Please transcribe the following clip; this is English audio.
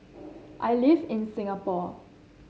I live in Singapore